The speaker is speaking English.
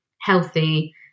healthy